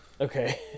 okay